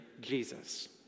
Jesus